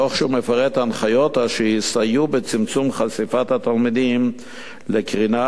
תוך שהוא מפרט הנחיות אשר יסייעו בצמצום חשיפת התלמידים לקרינה